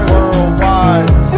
Worldwide